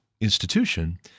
institution